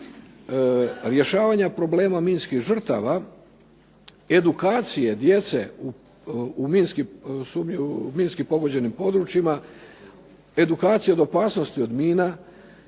rješavanja problema minskih žrtava, edukacije djece u minski pogođenim područjima, edukacije od opasnosti od mina